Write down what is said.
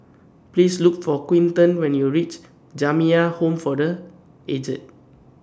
Please Look For Quinten when YOU REACH Jamiyah Home For The Aged